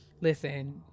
listen